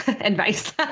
advice